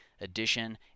edition